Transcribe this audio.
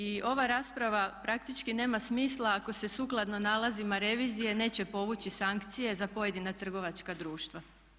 I ova rasprava praktički nema smisla ako se sukladno nalazima revizije neće povući sankcije za pojedina trgovačka društva.